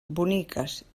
boniques